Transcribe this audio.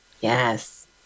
Yes